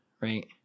right